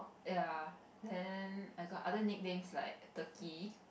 ya then I got other nicknames like turkey